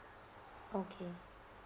okay